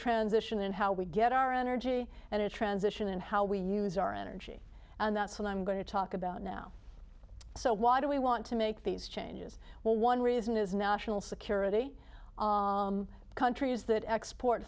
transition in how we get our energy and a transition and how we use our energy and that's what i'm going to talk about now so why do we want to make these changes well one reason is national security countries that export